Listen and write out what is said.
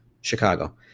Chicago